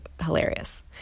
hilarious